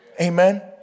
Amen